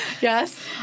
Yes